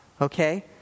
Okay